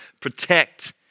protect